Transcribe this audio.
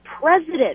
president